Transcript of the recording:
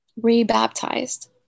re-baptized